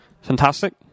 Fantastic